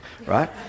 right